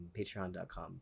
patreon.com